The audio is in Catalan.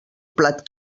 plat